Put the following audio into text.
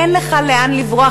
אין לך לאן לברוח,